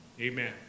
Amen